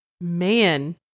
man